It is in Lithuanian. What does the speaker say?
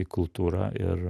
į kultūrą ir